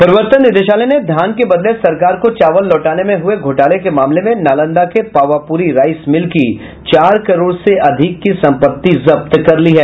प्रवर्तन निदेशालय ने धान के बदले सरकार को चावल लौटाने में हुए घोटाले के मामले में नालंदा के पावापूरी राईस मिल की चार करोड़ से अधिक की संपत्ति जब्त कर ली है